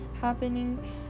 happening